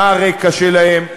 מה הרקע שלהם,